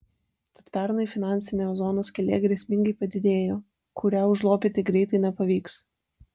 tad pernai finansinė ozono skylė grėsmingai padidėjo kurią užlopyti greitai nepavyks